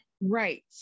Right